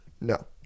No